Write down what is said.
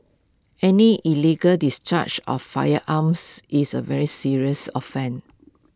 any illegal discharge of firearms is A very serious offence